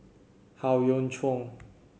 Howe Yoon Chong